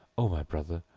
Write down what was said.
o my brother,